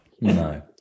No